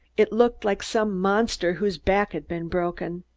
it looked like some monster whose back had been broken.